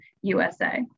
USA